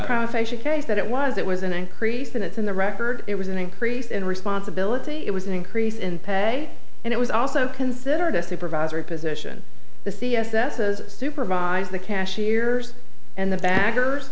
facial case that it was it was an increase in it's in the record it was an increase in responsibility it was an increase in pay and it was also considered a supervisory position the c s s is supervise the cashier and the backers